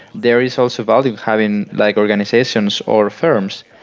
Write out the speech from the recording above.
there is also value having like organizations or firms.